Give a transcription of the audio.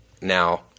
now